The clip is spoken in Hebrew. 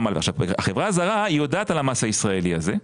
החברה הזרה יודעת על המס הישראלי הזה,